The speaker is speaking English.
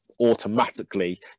automatically